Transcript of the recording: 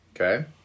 okay